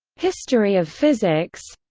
history of physics